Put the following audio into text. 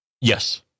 Yes